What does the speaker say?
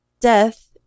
death